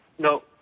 no